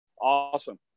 Awesome